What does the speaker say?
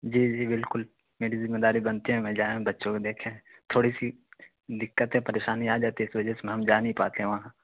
جی جی بالکل میری ذمہ داری بنتے ہیں میں جائیں بچوں کو دیکھیں تھوڑی سی دقتیں پریسانی آ جاتی ہے اس وجہ سے میں ہم جا نہیں پاتے ہیں وہاں